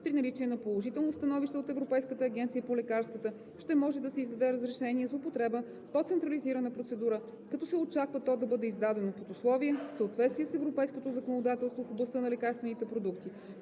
При наличие на положително становище от Европейската агенция по лекарствата ще може да се издаде разрешение за употреба по централизирана процедура, като се очаква то да бъде издадено под условие в съответствие с европейското законодателство в областта на лекарствените продукти.